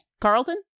Carlton